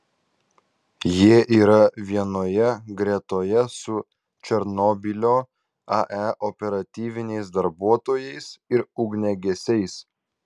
jie yra vienoje gretoje su černobylio ae operatyviniais darbuotojais ir ugniagesiais